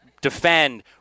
defend